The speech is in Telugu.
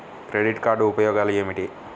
క్రెడిట్ కార్డ్ ఉపయోగాలు ఏమిటి?